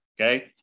Okay